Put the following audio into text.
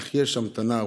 אך יש המתנה ארוכה,